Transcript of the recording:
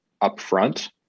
upfront